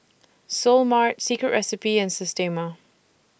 Seoul Mart Secret Recipe and Systema